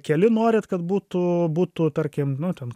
keli norit kad būtų būtų tarkim nu ten